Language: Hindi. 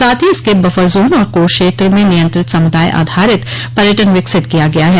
साथ ही इसके बफर जोन और कोर क्षेत्र में नियंत्रित समुदाय आधारित पर्यटन विकसित किया गया है